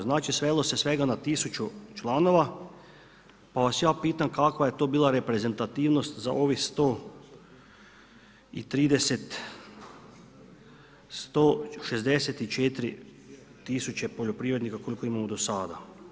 Znači svelo se svega na 1000 članova pa vas ja pitam kakva je to bila reprezentativnost za ovih 130, 164 tisuće poljoprivrednika koliko imamo do sada.